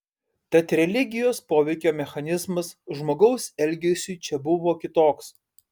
tad religijos poveikio mechanizmas žmogaus elgesiui čia buvo kitoks